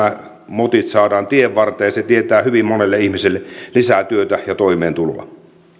motit saadaan tienvarteen se tietää hyvin monelle ihmiselle lisää työtä ja toimeentuloa